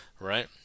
right